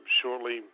shortly